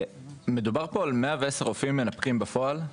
מדובר פה על כ-110 רופאים מנפקים בפועל,